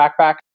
backpack